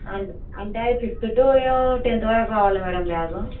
అంటే అంటే అది ఫిఫ్త్ టూ టెన్త్ వరకు రావాలి మ్యాడమ్ బ్యాగు